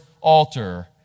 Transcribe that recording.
altar